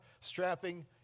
strapping